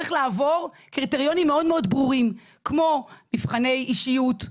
צריך לעבור קריטריונים מאוד ברורים כמו מבחני אישיות,